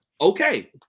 okay